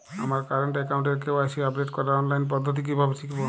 আমার কারেন্ট অ্যাকাউন্টের KYC update করার অনলাইন পদ্ধতি কীভাবে শিখব?